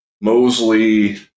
mosley